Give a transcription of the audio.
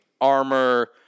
armor